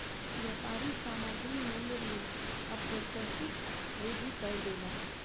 व्यापारी सामग्री मूल्य में अप्रत्याशित वृद्धि कय देलक